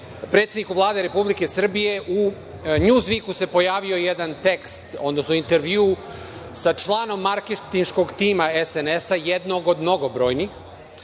predsedniku Vlade Republike Srbije. U „NJuzviku“ se pojavio jedan tekst, odnosno intervju sa članom marketinškog tima SNS, jednog od mnogobrojnih,